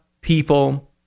people